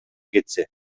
кетсе